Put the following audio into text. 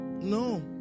No